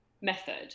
method